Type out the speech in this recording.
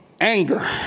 anger